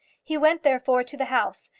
he went, therefore, to the house,